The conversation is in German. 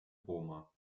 roma